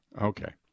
Okay